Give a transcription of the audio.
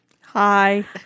Hi